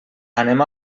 anem